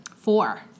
Four